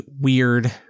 weird